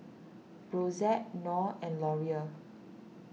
Brotzeit Knorr and Laurier